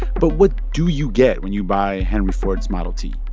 but what do you get when you buy henry ford's model t?